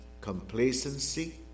complacency